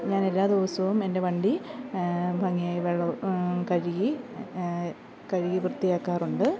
ഞാൻ എല്ലാ ദിവസവും എൻ്റെ വണ്ടി ഭംഗിയായി വെള്ളം കഴുകി കഴുകി വൃത്തിയാക്കാറുണ്ട്